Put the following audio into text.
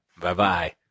Bye-bye